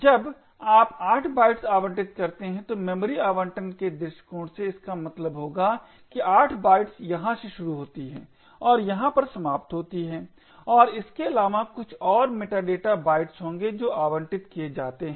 जब आप 8 बाइट्स आवंटित करते हैं तो मेमोरी आवंटन के दृष्टिकोण से इसका मतलब होगा कि 8 बाइट्स यहाँ से शुरू होती हैं और यहाँ पर समाप्त होती हैं और इसके अलावा कुछ और मेटा डेटा बाइट्स होंगे जो आवंटित किए जाते हैं